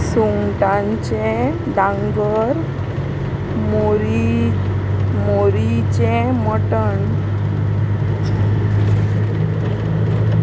सुंगटांचें दांगर मोरी मोरीचें मटण